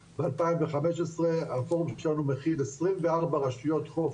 הוא מכיל 24 רשויות חוף,